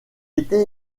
était